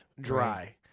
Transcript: dry